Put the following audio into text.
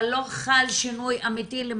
אבל לא חל שינוי אמיתי בתשתיות,